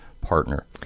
partner